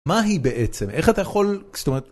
מה היא בעצם, איך אתה יכול, זאת אומרת...